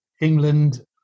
England